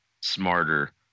smarter